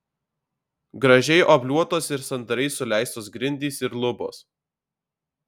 gražiai obliuotos ir sandariai suleistos grindys ir lubos